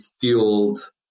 fueled